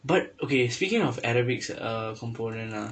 but okay speaking of arabics uh component ah